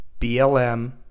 BLM